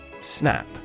Snap